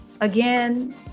again